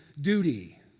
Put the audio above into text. duty